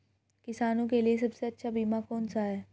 किसानों के लिए सबसे अच्छा बीमा कौन सा है?